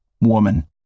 woman